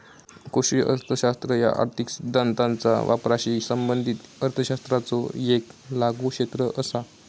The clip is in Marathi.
कृषी अर्थशास्त्र ह्या आर्थिक सिद्धांताचा वापराशी संबंधित अर्थशास्त्राचो येक लागू क्षेत्र असा